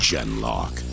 Genlock